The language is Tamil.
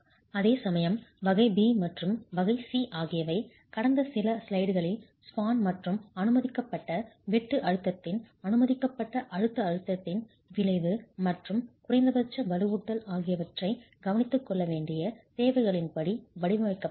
அதேசமயம் வகை B மற்றும் வகை C ஆகியவை கடந்த சில ஸ்லைடுகளில் ஸ்பான் மற்றும் அனுமதிக்கப்பட்ட வெட்டு அழுத்தத்தின் அனுமதிக்கப்பட்ட அழுத்த அழுத்தத்தின் விளைவு மற்றும் குறைந்தபட்ச வலுவூட்டல் ஆகியவற்றைக் கவனித்துக் கொள்ள வேண்டிய தேவைகளின்படி வடிவமைக்கப்பட வேண்டும்